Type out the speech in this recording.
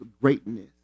greatness